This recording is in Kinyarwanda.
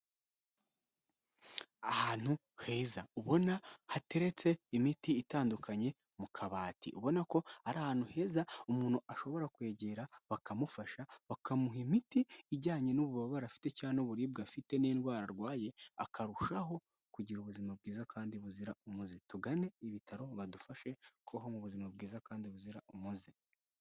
Ahantu heza ubona hateretse imiti itandukanye mu kabati ubona ko ari ahantu heza umuntu ashobora kwegera bakamufasha bakamuha imiti ijyanye n'ububabare afite cyangwa n'uburibwe afite n'indwara arwaye akarushaho kugira ubuzima bwiza kandi buzira umuze tugane ibitaro badufashe kubaho mu buzima bwiza kandi buzira umuze.